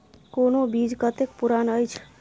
कोनो बीज कतेक पुरान अछि?